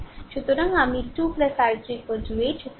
সুতরাং আমি 2 i3 8